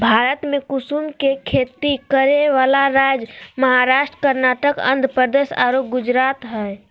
भारत में कुसुम के खेती करै वाला राज्य महाराष्ट्र, कर्नाटक, आँध्रप्रदेश आरो गुजरात हई